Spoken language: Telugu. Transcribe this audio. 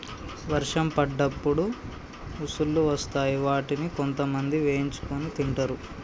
వర్షం పడ్డప్పుడు ఉసుల్లు వస్తాయ్ వాటిని కొంతమంది వేయించుకొని తింటరు